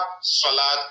salat